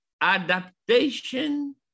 adaptation